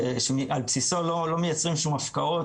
שעל בסיסו לא מיצרים שום הפקעות,